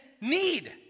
need